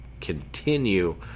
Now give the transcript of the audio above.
continue